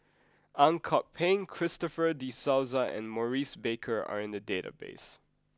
Ang Kok Peng Christopher De Souza and Maurice Baker are in the database